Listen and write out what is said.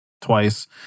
twice